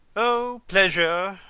oh, pleasure,